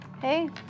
Hey